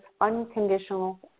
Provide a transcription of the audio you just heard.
unconditional